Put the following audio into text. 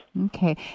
Okay